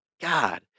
God